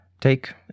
Take